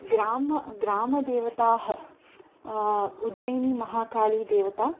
ग्राम ग्रामदेवताः उज्जैनिमहाकाळीदेवता